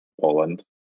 Poland